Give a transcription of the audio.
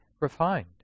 refined